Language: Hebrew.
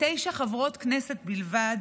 תשע חברות כנסת בלבד